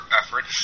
effort